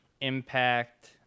impact